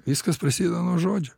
viskas prasideda nuo žodžio